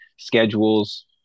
schedules